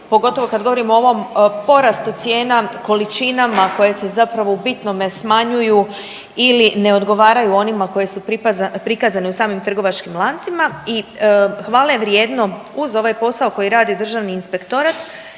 pogotovo kada govorimo o ovom porastu cijena količinama koje se zapravo u bitnome smanjuju ili ne odgovaraju onima koje su prikazane u samim trgovačkim lancima i hvale je vrijedno uz ovaj posao koji rade Državni inspektorat,